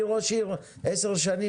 אני ראש עיר עשר שנים,